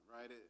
right